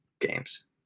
games